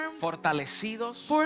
fortalecidos